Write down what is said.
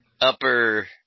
upper